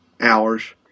hours